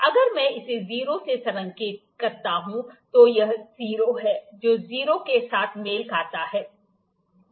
अगर मैं इसे 0 से संरेखित करता हूं तो यह 0 है जो 0 के साथ मेल खाता है